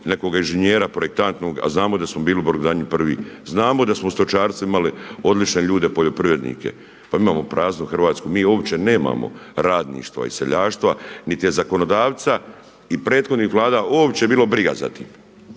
nekog inženjera, projektanta a znamo da smo bili u brodogradnji prvi. Znamo da smo u stočarstvu imali odlične ljude, poljoprivrednike. Pa mi imamo praznu Hrvatsku, mi uopće nemamo radništva i seljaštva, niti zakonodavca i prethodnih vlada uopće bilo briga za time,